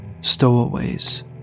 Stowaways